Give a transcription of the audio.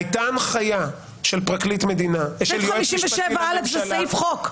הייתה הנחיה של יועץ משפטי לממשלה --- סעיף 57א זה סעיף חוק,